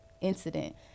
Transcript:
incident